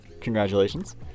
Congratulations